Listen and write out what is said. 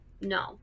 no